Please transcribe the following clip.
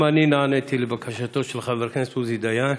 גם אני נעניתי לבקשתו של חבר הכנסת עוזי דיין.